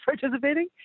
participating